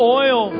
oil